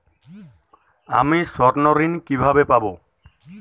আমি স্বর্ণঋণ কিভাবে পাবো?